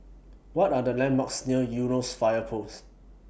What Are The landmarks near Eunos Fire Post